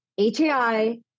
HAI